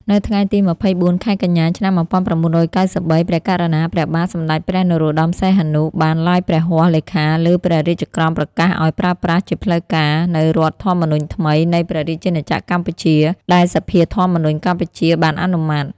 នៅថ្ងៃទី២៤ ខែកញ្ញា ឆ្នាំ១៩៩៣ ព្រះករុណាព្រះបាទសម្តេចព្រះនរោត្តម សីហនុ បាន ឡាយព្រះហស្ថលេខាលើព្រះរាជក្រមប្រកាសឱ្យប្រើប្រាស់ជាផ្លូវការ នូវរដ្ឋធម្មនុញ្ញថ្មី នៃព្រះ រាជាណាក្រកម្ពុជា ដែលសភាធម្មនុញ្ញកម្ពុជាបានអនុម័ត។